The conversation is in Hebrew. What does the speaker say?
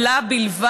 היא שלה בלבד,